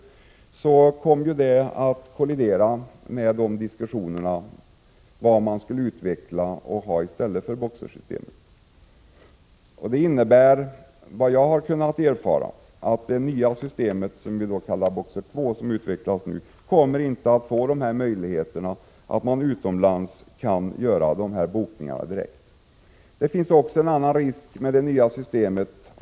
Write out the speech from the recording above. Detta kom att kollidera med diskussionerna om vad man skulle utveckla i stället för BOKSER-systemet. Enligt vad jag kunnat erfara kommer det nya systemet BOKSER II, som utvecklas nu, inte att göra det möjligt att göra bokningar direkt från utlandet. Det finns också en annan risk med det nya systemet.